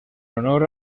honor